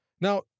Now